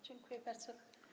Dziękuję bardzo.